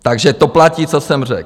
Takže to platí, co jsem řekl.